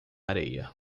areia